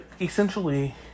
essentially